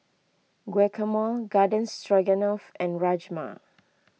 Guacamole Garden Stroganoff and Rajma